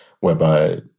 whereby